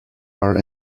are